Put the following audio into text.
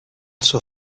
zur